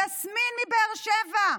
יסמין מבאר שבע,